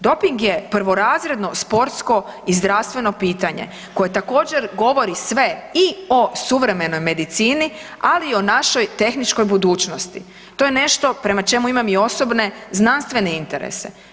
Doping je prvorazredno sportsko i zdravstveno pitanje koje također govori sve i o suvremenoj medicini, ali i o našoj tehničkoj budućnosti, to je nešto prema čemu imam i osobne znanstvene interese.